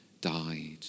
died